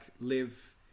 live